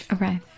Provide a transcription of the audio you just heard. Arrive